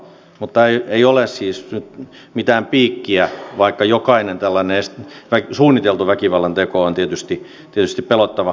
mutta ei ole siis nyt mitään piikkiä vaikka jokainen tällainen suunniteltu väkivallanteko on tietysti pelottava asia